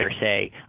say